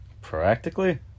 Practically